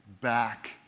back